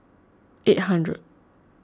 eight hundred